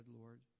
Lord